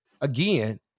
again